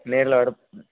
நேரில் வர